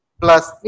plus